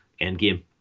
Endgame